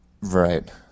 Right